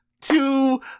two